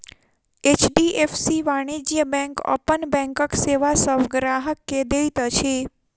HDFC वाणिज्य bank अपन बैंकक सेवा सभ ग्राहक के दैत अछि